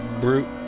Brute